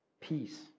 peace